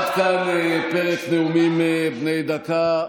עד כאן פרק נאומים בני דקה.